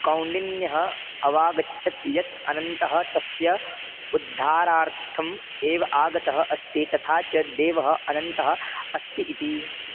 कौण्डिन्यः अवागच्छत् यत् अनन्तः तस्य उद्धारार्थम् एव आगतः अस्ति तथा च देवः अनन्तः अस्ति इति